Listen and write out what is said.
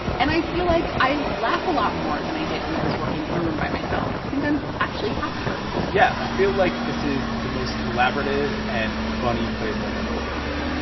and i feel like i laugh a lot more than i did when i was working in a room by myself. i think i'm actually happier yeah. i feel like this is the most collaborative and funny place i've ever worked.